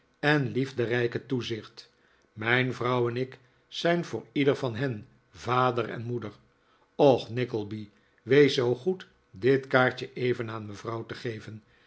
en liefderijke toezicht mijn vrouw en ik zijn voor ieder van hen vader en moeder och nickleby wees zoo goed dit kaartje even aan mevrouw te geven